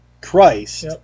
Christ